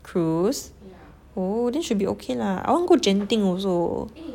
cruise oh then should be okay lah I want go genting also